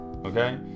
okay